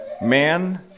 man